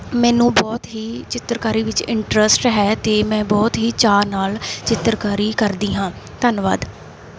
ਮੈਨੂੰ ਬਹੁਤ ਹੀ ਚਿੱਤਰਕਾਰੀ ਵਿੱਚ ਇੰਟਰਸਟ ਹੈ ਅਤੇ ਮੈਂ ਬਹੁਤ ਹੀ ਚਾਅ ਨਾਲ ਚਿੱਤਰਕਾਰੀ ਕਰਦੀ ਹਾਂ ਧੰਨਵਾਦ